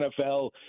NFL